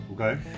Okay